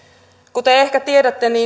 kuten ehkä tiedätte